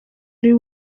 uri